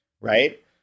Right